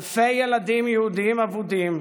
אלפי ילדים יהודים אבודים,